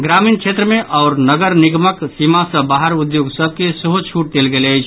ग्रामीण क्षेत्र मे आओर नगर निगमक सीमा सॅ बाहरक उद्योग सभ के सेहो छूट देल गेल अछि